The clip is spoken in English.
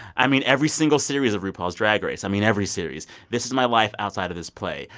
i mean, every single series of rupaul's drag race i mean, every series this is my life outside of this play.